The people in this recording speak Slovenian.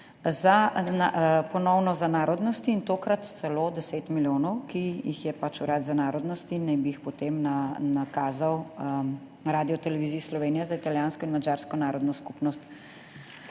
ponovno za narodnosti, tokrat celo 10 milijonov, ki naj bi jih pač Urad vlade za narodnosti potem nakazal Radioteleviziji Slovenija za italijansko in madžarsko narodno skupnost.